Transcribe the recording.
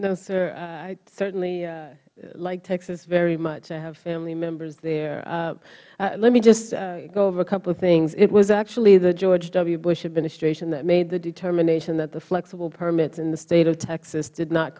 no sir i certainly like texas very much i have family members there let me just go over a couple of things it was actually the george w bush administration that made the determination that the flexible permits in the state of texas did not